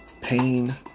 Pain